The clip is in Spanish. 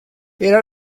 era